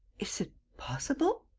is it possible?